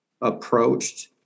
approached